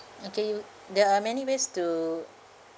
okay you there are many ways to